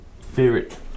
favorite